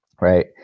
right